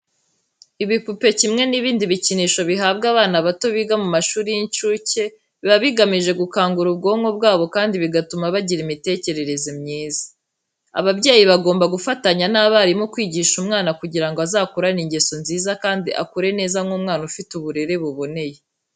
Ibipupe kimwe n'ibindi bikinisho bihabwa abana bato biga mu mashuri y'incuke biba bigamije gukangura ubwonko bwabo kandi bigatuma bagira imitekerereze myiza. Ababyeyi bagomba gufatanya n'abarimu kwigisha umwana kugira ngo azakurane ingeso nziza kandi akure neza nk'umwana ufite uburere buboneye.